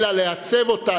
אלא לעצב אותה,